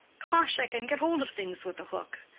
caush i can get hold of things with a hook.